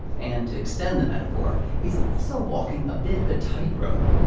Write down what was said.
and, to extend the metaphor, he's also walking a bit of a tightrope.